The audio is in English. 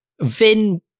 Vin